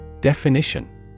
Definition